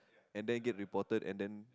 and then get reported and then